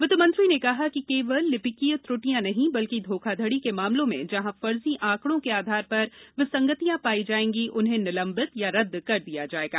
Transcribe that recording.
वित्त मंत्री ने कहा कि केवल लिपिकीय त्रुटियां नहीं बल्कि धोखाधड़ी के मामलों में जहां फर्जी आंकड़ों के आधार पर विसंगतियां पाई जायेंगी उन्हें निलम्बित या रद्द कर दिया जायेगा